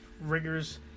rigors